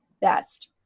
best